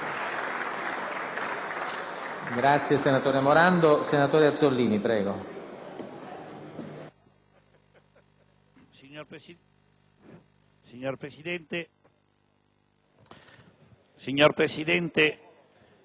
Signor Presidente, colleghi senatrici e senatori, stiamo per approvare la legge finanziaria 2009.